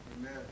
Amen